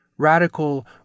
Radical